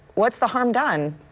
what's the harm done?